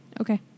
Okay